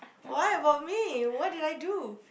why about me what did I do